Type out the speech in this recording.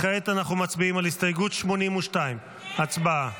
כעת אנחנו מצביעים על הסתייגות 82. הצבעה.